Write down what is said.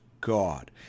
God